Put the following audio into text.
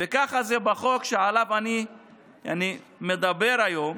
וככה זה בחוק שעליו אני מדבר היום.